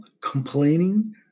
complaining